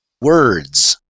words